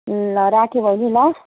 ए ल राखेँ बैनी ल